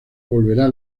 volverá